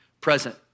present